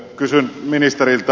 kysyn ministeriltä